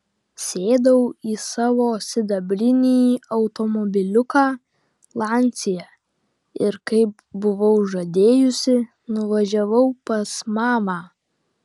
sėdau į savo sidabrinį automobiliuką lancia ir kaip buvau žadėjusi nuvažiavau pas mamą